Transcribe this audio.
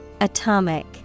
Atomic